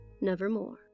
Nevermore